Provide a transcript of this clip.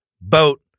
boat